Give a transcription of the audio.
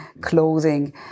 clothing